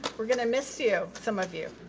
we're gonna miss you, some of you.